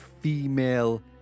female